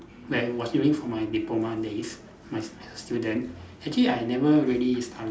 like was during from my diploma days my student actually I never really study